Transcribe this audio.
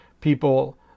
people